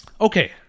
okay